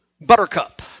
Buttercup